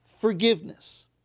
forgiveness